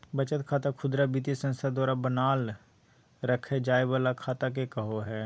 बचत खाता खुदरा वित्तीय संस्था द्वारा बनाल रखय जाय वला खाता के कहो हइ